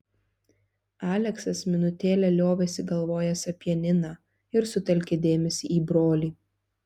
aleksas minutėlę liovėsi galvojęs apie niną ir sutelkė dėmesį į brolį